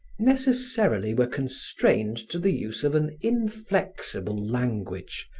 necessarily were constrained to the use of an inflexible language,